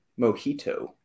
mojito